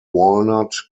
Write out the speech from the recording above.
walnut